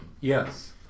yes